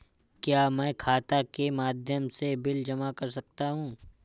क्या मैं खाता के माध्यम से बिल जमा कर सकता हूँ?